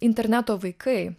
interneto vaikai